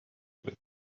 with